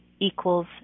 equals